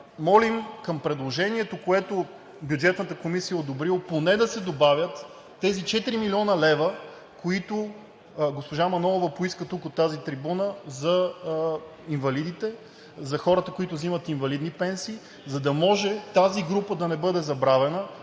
молим към предложението, което Бюджетната комисия е одобрила, поне да се добавят тези 4 млн. лв., които госпожа Манолова поиска тук от тази трибуна за инвалидите, за хората, които взимат инвалидни пенсии, за да може тази група да не бъде забравена,